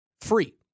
free